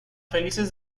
felices